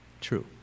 true